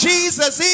Jesus